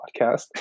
podcast